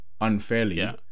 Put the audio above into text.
unfairly